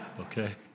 Okay